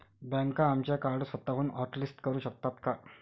बँका आमचे कार्ड स्वतःहून हॉटलिस्ट करू शकतात का?